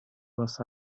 was